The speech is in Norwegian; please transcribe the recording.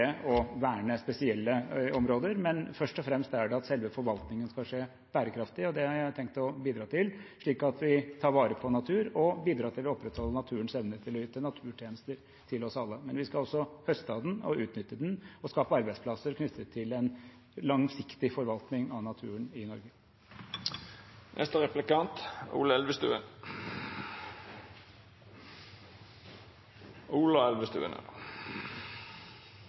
å verne spesielle områder, men først og fremst er det at selve forvaltningen skal skje bærekraftig. Det har jeg tenkt å bidra til, slik at vi tar vare på natur og bidrar til å opprettholde naturens evne til å yte naturtjenester til oss alle. Men vi skal også høste av den, utnytte den og skape arbeidsplasser knyttet til en langsiktig forvaltning av naturen i Norge.